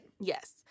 Yes